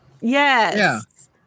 Yes